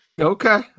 okay